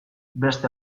beste